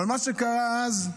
אבל מה שקרה אז,